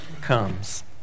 comes